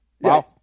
Wow